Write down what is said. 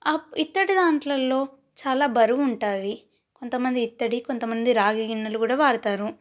up ఇత్తడి దాంట్లో చాలా బరువు ఉంటాయి కొంతమంది ఇత్తడి కొంతమంది రాగి గిన్నెలు కూడా వాడుతారు